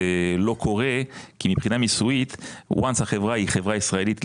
זה לא קורה כי מבחינה מיסויית ברגע שהחברה היא חברה ישראלית,